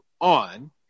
on